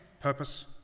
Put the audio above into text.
purpose